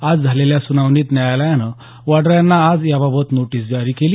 आज झालेल्या सुनावणीत न्यायालयानं वाड्या यांना आज याबाबत नोटीस जारी केली